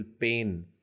pain